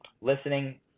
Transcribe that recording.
listening